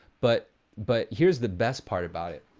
but but here's the best part about it,